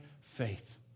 faith